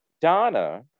Donna